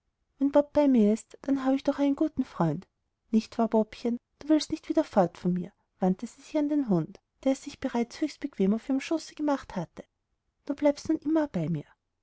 bei mir ist dann habe ich doch einen guten freund nicht wahr bobchen du willst nicht wieder fort von mir wandte sie sich an den hund der es sich bereits höchst bequem auf ihrem schoße gemacht hatte du bleibst nun immer bei mir